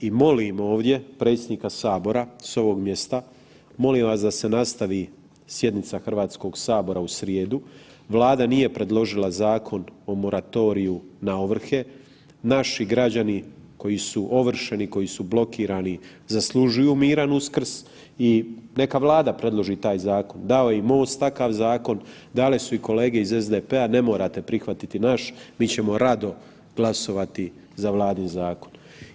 I molim ovdje predsjednika sabora, s ovog mjesta, molim vas da se nastavi sjednica HS u srijedu, Vlada nije predložila Zakon o moratoriju na ovrhe, naši građani koji su ovršeni, koji su blokirani zaslužuju miran Uskrs i neka Vlada predloži takav taj zakon, dao je i MOST takav zakon, dale su i kolege iz SDP-a, ne morate prihvatiti naš, mi ćemo rado glasovati za Vladin zakon.